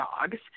dogs